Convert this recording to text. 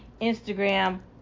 Instagram